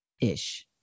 Ish